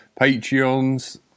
Patreons